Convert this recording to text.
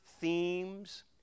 themes